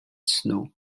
snu